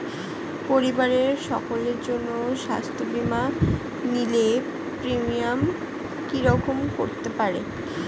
পরিবারের সকলের জন্য স্বাস্থ্য বীমা নিলে প্রিমিয়াম কি রকম করতে পারে?